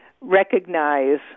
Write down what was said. recognize